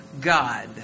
God